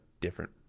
different